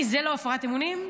זה לא הפרת אמונים?